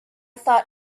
thought